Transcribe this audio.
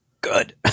Good